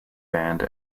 band